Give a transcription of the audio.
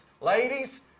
Ladies